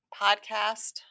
podcast